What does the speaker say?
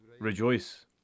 rejoice